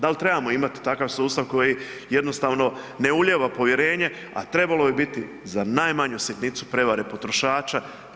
Dal trebamo imat takav sustav koji jednostavno ne ulijeva povjerenje, a trebalo bi biti za najmanju sitnicu prevare potrošača?